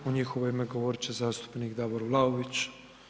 U njihovo ime govorit će zastupnik Davor Vlaović.